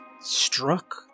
struck